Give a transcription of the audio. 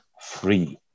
free